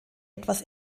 etwas